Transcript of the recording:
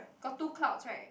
got two clouds right